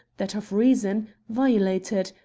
that of reason, violate it,